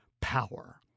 power